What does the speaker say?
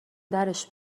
درش